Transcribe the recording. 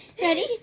Ready